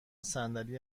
صندلی